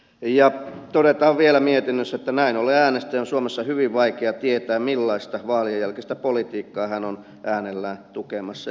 mietinnössä todetaan vielä että näin ollen äänestäjän on suomessa hyvin vaikea tietää millaista vaalien jälkeistä politiikkaa hän on äänellään tukemassa